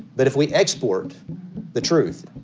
but if we export the truth,